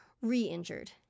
re-injured